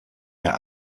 mehr